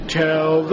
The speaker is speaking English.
tell